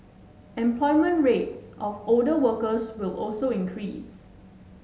employment rates of older workers will also increase